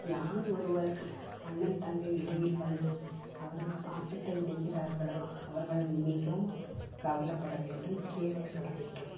யார் ஒருவர் அண்ணன் தங்கை இடையில் வந்து அவர்கள் பாசத்தை உடைக்கிறார்களோ அவர்கள் மிகவும் கவலப்பட வேண்டும் கேவலப்பட வேண்டும்